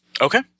Okay